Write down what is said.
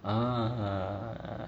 uh uh